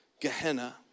Gehenna